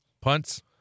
Punts